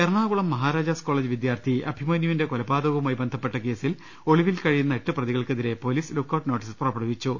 Ernakulam Maharajas college വിദ്യാർത്ഥി അഭിമന്യു വിന്റെ കൊലപാതകവുമായി ബന്ധപ്പെട്ട കേസിൽ ഒളിവിൽ കഴി യുന്ന എട്ട് പ്രതികൾക്കെതിരെ പൊലീസ് ലുക്ക്ഔട്ട് നോട്ടീസ് പുറപ്പെടുവിച്ചു